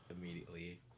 immediately